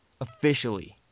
officially